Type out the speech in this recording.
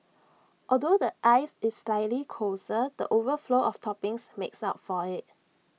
although the ice is slightly coarser the overflow of toppings makes up for IT